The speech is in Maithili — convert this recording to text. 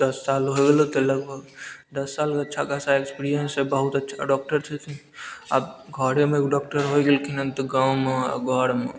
दस साल होइ गेल होतय लगभग दस सालमे बहुत अच्छा खासा एक्सपीरियेन्स छै बहुत अच्छा डॉक्टर छथिन अब घरेमे एगो डॉक्टर होइ गेलखिन हन तऽ गाँवमे घरमे